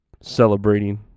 celebrating